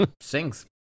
sings